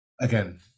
again